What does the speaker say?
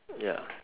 ya